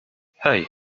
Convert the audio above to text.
hey